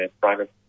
private